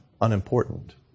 unimportant